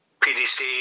PDC